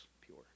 pure